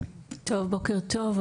בוקר טוב,